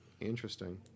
Interesting